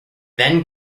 then